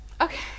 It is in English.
Okay